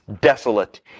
desolate